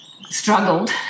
struggled